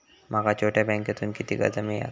माका छोट्या बँकेतून किती कर्ज मिळात?